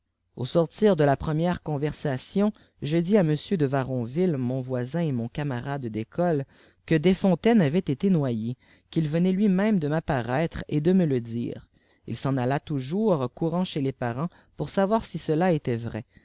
au soytir de ta première convei sation je ifh il m do varohvrlle mou voisin et mon camarade décole que defbrtlàinos avait été noyé qu'ail venait lui-même de m apparaître et de rrié le dire il s'en àila oujoui s courant chez les parents pour sivôfr si écla était vrai